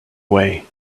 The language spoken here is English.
way